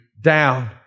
down